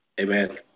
Amen